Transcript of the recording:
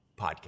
podcast